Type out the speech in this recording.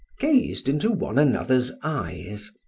gazed into one another's eyes,